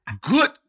Good